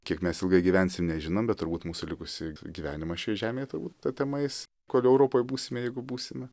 kiek mes ilgai gyvens nežinom bet turbūt mūsų likusį gyvenimą šioj žemėj turbūt ta tema eis kol europoj būsime jeigu būsime